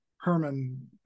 Herman